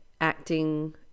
acting